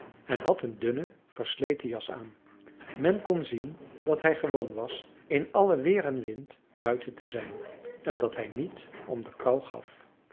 en had een dunne versleten jas aan men kon zien dat hij gewoon was in alle weer en wind buiten te zijn en dat hij niet om de kou gaf